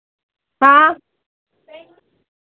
हाँ